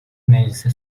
meclise